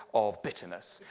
of bitterness.